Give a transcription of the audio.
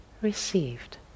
Received